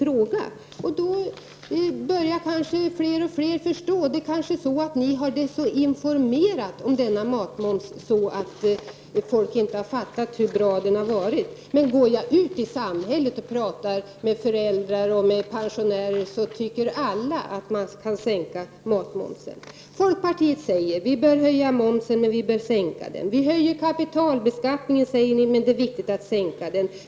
Det börjar kanske fler och fler förstå. Ni kanske har desinformerat om denna matmoms så att folk inte har förstått hur bra den har varit. När jag går ut i samhället och talar med föräldrar och pensionärer så tycker alla att man skall sänka matmomsen. Folkpartiet säger att vi bör ha moms, men vi bör sänka. Ni säger att man skall höja kapitalbeskattningen, men att det är viktigt att sänka den.